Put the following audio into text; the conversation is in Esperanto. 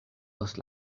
post